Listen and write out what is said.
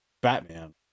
Batman